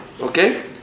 Okay